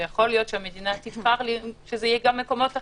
יכול להיות שהמדינה תבחר שזה יהיה גם מקומות אחרים,